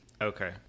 okay